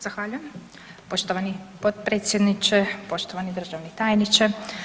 Zahvaljujem poštovani potpredsjedniče, poštovani državni tajniče.